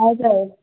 हजुर